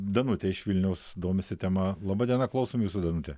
danutė iš vilniaus domisi tema laba diena klausom jūsų danute